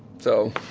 so,